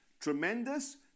Tremendous